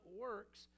works